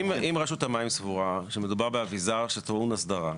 אם רשות המים סבורה שמדובר באביזר שטעון הסדרה,